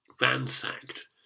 ransacked